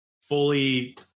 fully